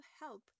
help